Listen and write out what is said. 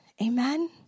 Amen